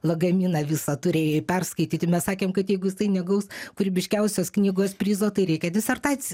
lagaminą visą turėjai perskaityti mes sakėm kad jeigu jisai negaus kūrybiškiausios knygos prizo tai reikia disertac